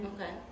Okay